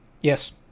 yes